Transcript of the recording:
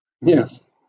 Yes